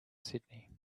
sydney